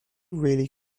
really